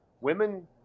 women